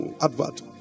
advert